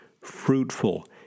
fruitful